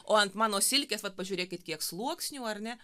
o ant mano silkės vat pažiūrėkit kiek sluoksnių ar ne